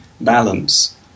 balance